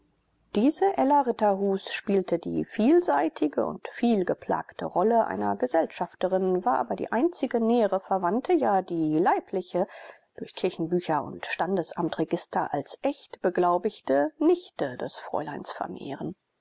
diese ella ritterhus spielte die vielseitige und vielgeplagte rolle einer gesellschafterin war aber die einzige nähere verwandte ja die leibliche durch kirchenbücher und standesamtregister als echt beglaubigte nichte des fräuleins vermehren